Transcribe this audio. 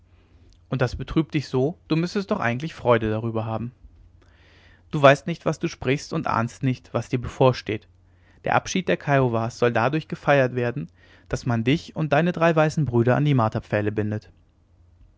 und das betrübt dich so du müßtest doch eigentlich freude darüber haben du weißt nicht was du sprichst und ahnst nicht was dir bevorsteht der abschied der kiowas soll dadurch gefeiert werden daß man dich und deine drei weißen brüder an die marterpfähle bindet